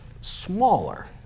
smaller